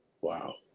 Wow